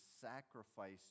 sacrifice